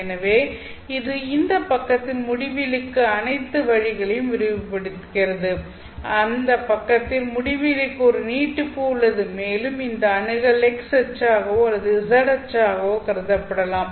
எனவே இது இந்த பக்கத்தில் முடிவிலிக்கு அனைத்து வழிகளையும் விரிவுபடுத்துகிறது அந்த பக்கத்தில் முடிவிலிக்கு ஒரு நீட்டிப்பு உள்ளது மேலும் இந்த அணுகல் x அச்சாகவோ அல்லது z அச்சாகவோ கருதப்படலாம்